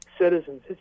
citizens